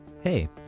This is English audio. Hey